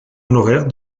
honoraire